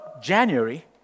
January